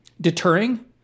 deterring